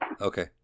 okay